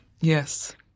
yes